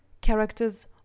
characters